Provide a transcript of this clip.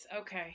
Okay